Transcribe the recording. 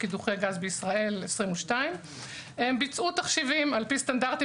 קידוחי גז בישראל 2022. הם ביצעו תחשיבים לפי סטנדרטים